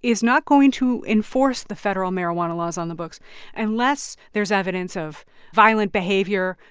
is not going to enforce the federal marijuana laws on the books unless there's evidence of violent behavior,